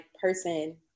person